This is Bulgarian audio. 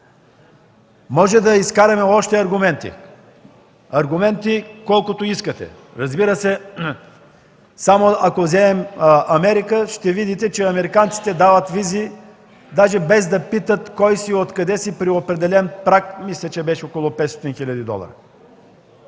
Можем да извадим още аргументи. Аргументи колкото искате! Ако вземем Америка, ще видите, че американците дават визи, даже без да питат кой си, откъде си, при определен праг – мисля, че беше около 500 хил. долара.